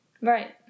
Right